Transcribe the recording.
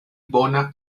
bona